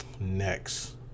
Next